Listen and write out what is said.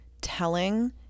telling